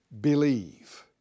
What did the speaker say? believe